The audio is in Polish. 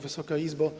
Wysoka Izbo!